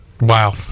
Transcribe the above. wow